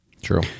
True